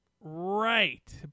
Right